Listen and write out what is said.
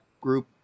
group